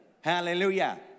Hallelujah